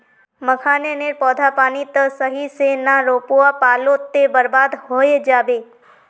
मखाने नेर पौधा पानी त सही से ना रोपवा पलो ते बर्बाद होय जाबे